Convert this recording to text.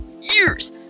years